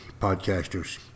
podcasters